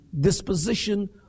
disposition